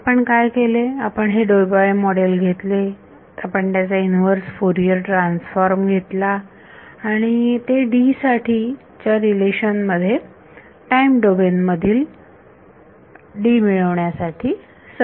आपण काय केले आपण हे डेबाय मॉडेल घेतले आपण त्याचा इनव्हर्स फोरियर ट्रान्सफॉर्म घेतला आणि ते D साठी च्या रिलेशन मध्ये टाईम डोमेन मधील D मिळवण्यासाठी सबस्टीट्यूट केले